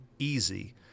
Easy